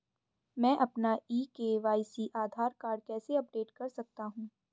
मैं अपना e KYC Aadhaar card कैसे अपडेट कर सकता हूँ?